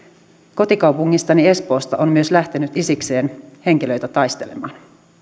kotikaupungistani espoosta on myös lähtenyt isikseen henkilöitä taistelemaan